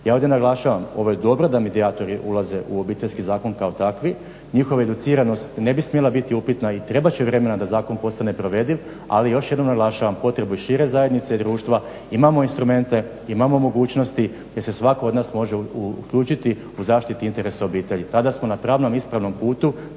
Ja ovdje naglašavam ovo je dobro da medijatori ulaze u Obiteljski zakon kao takvi. Njihova educiranost ne bi smjela biti upitna i trebati će vremena da zakon postane provediv. Ali još jednom naglašavam potrebu i šire zajednice i društva, imamo instrumente, imamo mogućnosti gdje se svatko od nas može uključiti u zaštiti interesa u obitelji. Tada smo na pravnom ispravnom putu